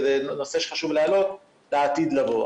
וזה נושא שחשוב להעלות לעתיד לבוא.